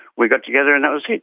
we got together and that was it.